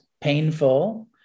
painful